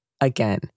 Again